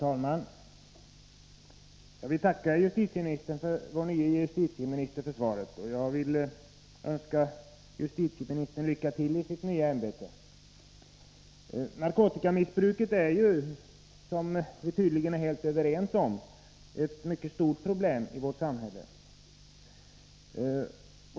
Herr talman! Jag vill tacka vår nye justitieminister för svaret, och jag vill samtidigt önska honom lycka till i hans nya ämbete. Narkotikamissbruket är — som vi tydligen är helt överens om — ett mycket stort problem i vårt samhälle.